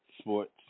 sports